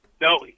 No